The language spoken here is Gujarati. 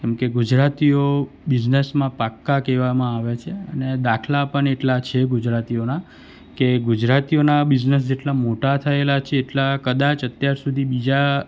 કેમ કે ગુજરાતીઓ બિઝનેસમાં પાક્કા કહેવામાં આવે છે અને દાખલા પણ એટલા છે ગુજરાતીઓના કે ગુજરાતીઓના બિઝનેસ જેટલા મોટા થયેલા છે એટલા કદાચ અત્યાર સુધી બીજા